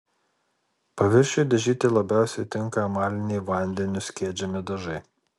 paviršiui dažyti labiausiai tinka emaliniai vandeniu skiedžiami dažai